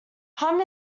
hum